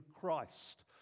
Christ